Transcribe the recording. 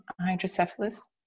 hydrocephalus